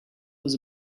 was